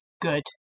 good